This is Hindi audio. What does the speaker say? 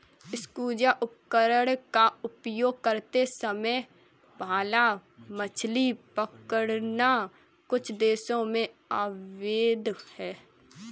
स्कूबा उपकरण का उपयोग करते समय भाला मछली पकड़ना कुछ देशों में अवैध है